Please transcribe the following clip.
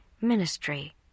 ministry